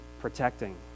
protecting